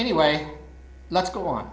anyway let's go on